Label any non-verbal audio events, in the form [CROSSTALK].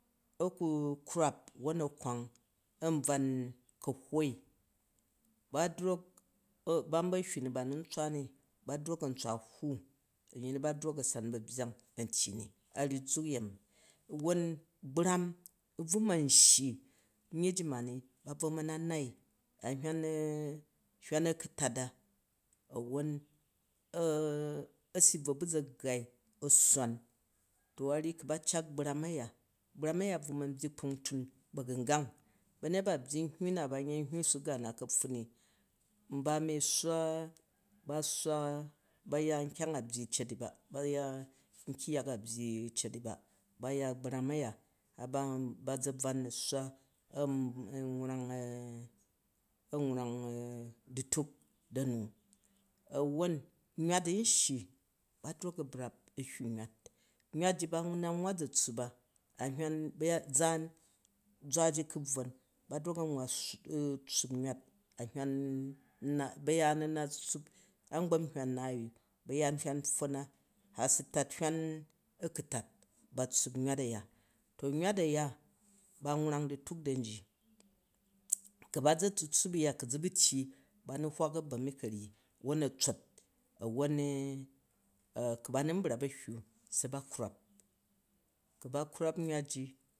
A ku krwap won a kwang won an bvwon kahuwai, ba drok, ban bu ahywu nu ba nu ntswa ni ba drok antswa hwuu anyyi nu ba drok a san babyang an an tyyi mi, a ryyi zule yemi. Awor gbram ubvu man shyi myyiji mani ba na nau an hywan [HESITATION] hywan akutat a awon a [HESITATION] si bro bu ʒa gghai a swaan to aryyi ku ba cak gbram aya gbram aya bvu man byyi kpungtum bagungang banyet ba a byyi nhyuu na ban yei nhyuu sugar kapffun ni nba mi adura, ba swa ba ya nkyang a byii cet di ba, ba ya gbram aye, ba ʒa bvwan a swa, am wan an wrang du̱tuk da nu, awon mywat nshyi ba drok a brap ahywu nywat, nywat ba nwwa ʒa tsuup a ʒaan ʒwa ji ku bvwon ba drok a nwwa tsuup a, ʒaan gwaji ku bvwon ba drok a nwwa tsuup mywat an hywan mai bayaan a na tsuup nywat an hywan mai bayaan a na tsuup angbam hywan mai bayaan hywan npffon na hat su tat hywan akutat batsuup nywataya. To mywat aya ban wrang dutuk dan ji ku ba ʒa tsu tsuup aya, ku zu bu tyyi ba na truwok a ban mi kayyi won a tsaf, won na, ku ba nu nbrap ahywa se ba krwap